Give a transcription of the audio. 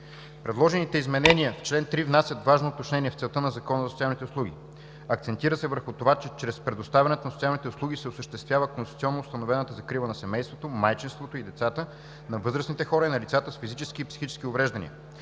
„Предложените изменения в чл. 3 внасят важно уточнение в целта на Закона за социалните услуги. Акцентира се върху това, че чрез предоставянето на социалните услуги се осъществява конституционно установената закрила на семейството, майчинството и децата, на възрастните хора и на лицата с физически и психически увреждания.